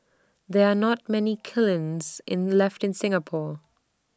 there are not many kilns in left in Singapore